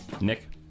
Nick